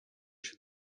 się